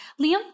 Liam